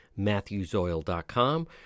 matthewsoil.com